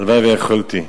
הלוואי שיכולתי.